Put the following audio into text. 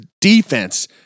defense